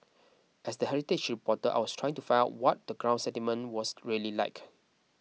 as the heritage reporter I was trying to find out what the ground sentiment was really like